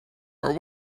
are